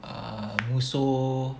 uh musuh